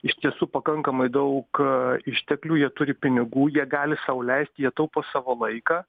iš tiesų pakankamai daug išteklių jie turi pinigų jie gali sau leist jie taupo savo laiką